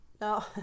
No